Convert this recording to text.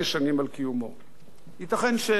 ייתכן שהוא עשה שגיאות בדרך,